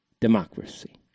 democracy